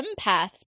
empaths